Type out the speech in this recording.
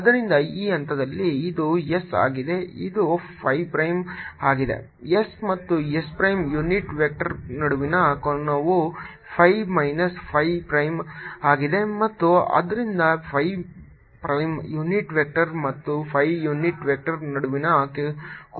ಆದ್ದರಿಂದ ಈ ಹಂತದಲ್ಲಿ ಇದು s ಆಗಿದೆ ಇದು phi ಪ್ರೈಮ್ ಆಗಿದೆ s ಮತ್ತು s ಪ್ರೈಮ್ ಯುನಿಟ್ ವೆಕ್ಟರ್ ನಡುವಿನ ಕೋನವು phi ಮೈನಸ್ phi ಪ್ರೈಮ್ ಆಗಿದೆ ಮತ್ತು ಆದ್ದರಿಂದ phi ಪ್ರೈಮ್ ಯುನಿಟ್ ವೆಕ್ಟರ್ ಮತ್ತು phi ಯೂನಿಟ್ ವೆಕ್ಟರ್ ನಡುವಿನ ಕೋನವೂ ಇಲ್ಲಿದೆ